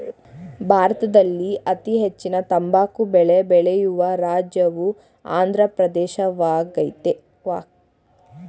ಭಾರತದಲ್ಲಿ ಅತೀ ಹೆಚ್ಚಿನ ತಂಬಾಕು ಬೆಳೆ ಬೆಳೆಯುವ ರಾಜ್ಯವು ಆಂದ್ರ ಪ್ರದೇಶವಾಗಯ್ತೆ